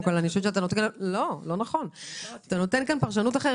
אתה כאן נותן פרשנות אחרת.